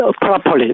Properly